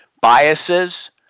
biases